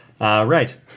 Right